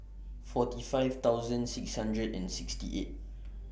forty five thousand six hundred and sixty eight